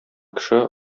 кеше